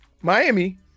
Miami